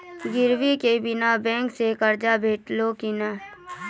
गिरवी के बिना बैंक सऽ कर्ज भेटतै की नै?